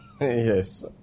Yes